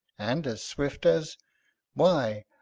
and as swift as why,